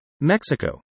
Mexico